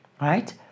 right